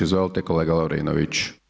Izvolite kolega Lovrinović.